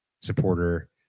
supporter